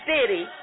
city